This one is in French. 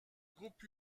groupe